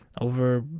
over